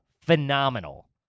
phenomenal